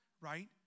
right